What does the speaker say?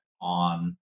on